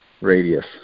radius